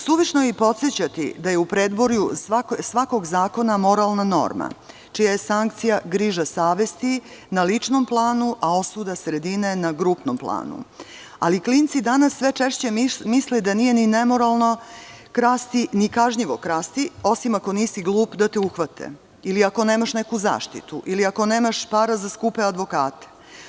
Suvišno je i podsećati da je u predvorju svakog zakona moralna norma čija je sankcija griža savesti na ličnom planu, a osuda sredine na grupnom planu, ali klinci danas sve češće misle da nije ni nemoralno krasti, ni kažnjivo krasti, osim ako nisi glup da te uhvate ili ako nemaš neku zaštitu, ili ako nemaš para za skupe advokate.